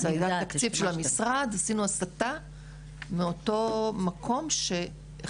זה היה תקציב של המשרד ועשינו הסטה מאותו מקום של חשיבות.